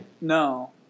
No